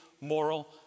moral